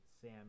sam